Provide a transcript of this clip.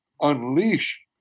unleash